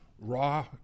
raw